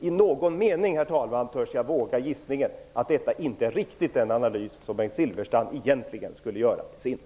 I någon mening vågar jag gissningen att detta inte är riktigt den analys som Bengt Silfverstrand egentligen skulle göra till sin.